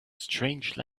strange